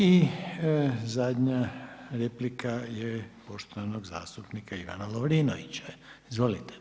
I zadnja replika je poštovanog zastupnika Ivana Lovrinovića, izvolite.